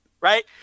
right